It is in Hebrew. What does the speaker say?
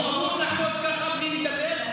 הוא אמור לעמוד ככה בלי לדבר?